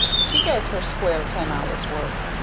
she does her square ten hours work,